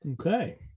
Okay